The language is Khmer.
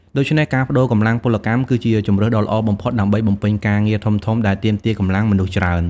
ដូច្នេះ ការប្តូរកម្លាំងពលកម្មគឺជាជម្រើសដ៏ល្អបំផុតដើម្បីបំពេញការងារធំៗដែលទាមទារកម្លាំងមនុស្សច្រើន។